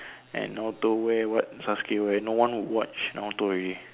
and Naruto wear what Sasuke wear no one would watch Naruto already